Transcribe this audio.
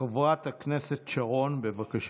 חברת הכנסת שרון, בבקשה.